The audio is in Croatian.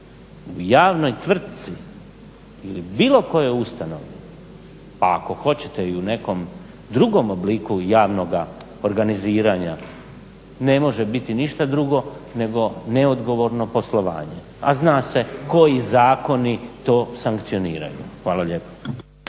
u javnoj tvrtci ili bilo kojoj ustanovi, a ako hoćete i u nekom drugom obliku javnoga organiziranja, ne može biti ništa drugo nego neodgovorno poslovanje, a zna se koji zakoni to sankcioniraju. Hvala lijepo.